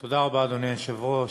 אדוני היושב-ראש,